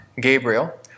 Gabriel